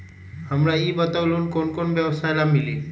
हमरा ई बताऊ लोन कौन कौन व्यवसाय ला मिली?